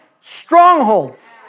strongholds